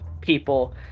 people